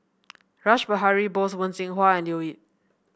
Rash Behari Bose Wen Jinhua and Leo Yip